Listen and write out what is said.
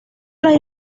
las